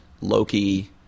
Loki